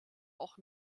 auch